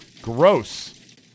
gross